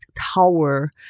tower